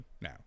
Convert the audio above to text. now